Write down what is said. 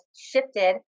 shifted